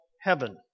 heaven